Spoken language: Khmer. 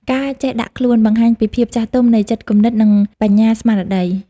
ការចេះដាក់ខ្លួន បង្ហាញពីភាពចាស់ទុំនៃចិត្តគំនិត និងបញ្ញាស្មារតី។